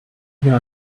know